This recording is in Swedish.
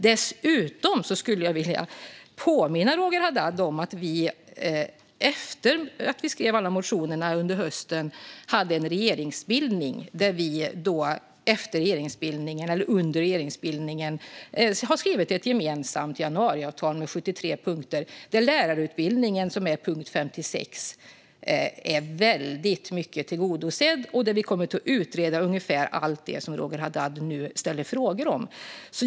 Dessutom vill jag påminna Roger Haddad om att vi efter att alla motioner skrivits i höstas fick en regeringsbildning då vi skrev ett gemensamt januariavtal med 73 punkter. I detta är lärarutbildningen, som är punkt 56, i mycket tillgodosedd. Vi kommer att utreda ungefär allt det som Roger Haddad ställde frågor om.